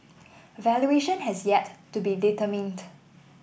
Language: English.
a valuation has yet to be determined